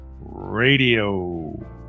Radio